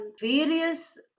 various